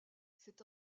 cette